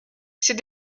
ses